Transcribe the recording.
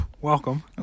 Welcome